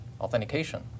authentication